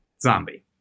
zombie